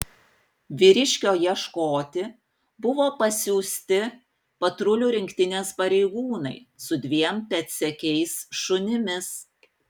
vyriškio ieškoti buvo pasiųsti patrulių rinktinės pareigūnai su dviem pėdsekiais šunimis